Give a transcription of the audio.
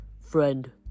Friend